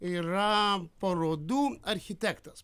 yra parodų architektas